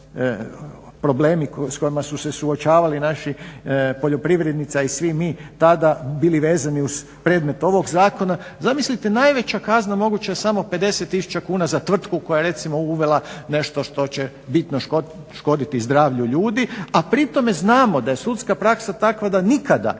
problemi s kojima su se suočavali naši poljoprivrednici, a i svi mi tada bili vezani uz predmet ovog zakona. Zamislite, najveća kazna moguća je samo 50000 kuna za tvrtku koja je recimo uvela nešto što će bitno škoditi zdravlju ljudi, a pri tome znamo da je sudska praksa takva da nikada se